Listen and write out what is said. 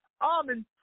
almond